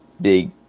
big